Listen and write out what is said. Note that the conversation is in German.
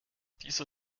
dieser